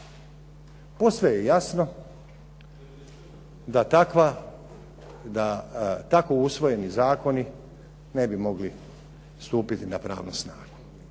Posve je jasno da tako usvojeni zakoni ne bi mogli stupiti na pravnu snagu.